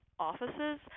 offices